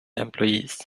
employees